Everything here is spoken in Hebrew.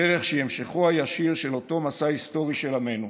דרך שהיא המשכו הישיר של אותו מסע היסטורי של עמנו.